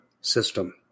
system